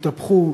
התהפכו